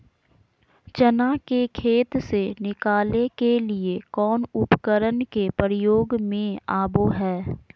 चना के खेत से निकाले के लिए कौन उपकरण के प्रयोग में आबो है?